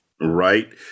Right